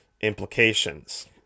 implications